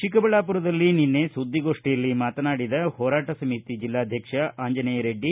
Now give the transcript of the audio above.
ಚಿಕ್ಕಬಳ್ಯಾಪುರದಲ್ಲಿ ನಿನ್ನೆ ಸುದ್ದಿಗೋಷ್ಠಿಯಲ್ಲಿ ಮಾತನಾಡಿದ ಹೋರಾಟ ಸಮಿತಿ ಜಿಲ್ಲಾಧ್ವಕ್ಷ ಆಂಜನೇಯರೆಡ್ಡಿ